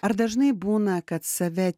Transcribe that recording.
ar dažnai būna kad save